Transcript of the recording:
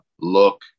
look